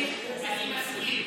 אני מסכים,